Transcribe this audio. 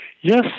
Yes